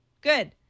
good